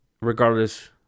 regardless